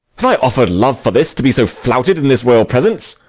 have i off'red love for this, to be so flouted in this royal presence?